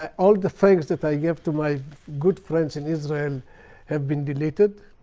ah all the things that i gave to my good friends in israel have been deleted.